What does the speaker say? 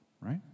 right